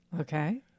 Okay